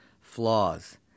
flaws